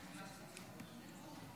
חבר הכנסת אושר שקלים,